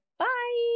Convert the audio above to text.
bye